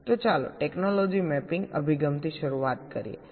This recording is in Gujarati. તો ચાલો ટેકનોલોજી મેપિંગ અભિગમથી શરૂઆત કરીએ